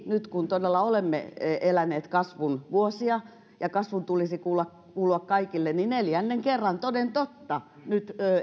nyt kun todella olemme eläneet kasvun vuosia ja kasvun tulisi kuulua kaikille niin neljännen kerran toden totta nyt